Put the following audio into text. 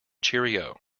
cheerio